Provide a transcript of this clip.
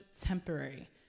temporary